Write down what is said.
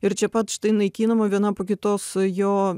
ir čia pat štai naikinama viena po kitos jo